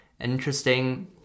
interesting